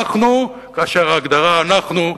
אנחנו, כאשר בהגדרה "אנחנו"